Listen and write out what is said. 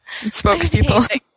spokespeople